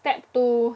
step two